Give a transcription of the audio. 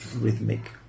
rhythmic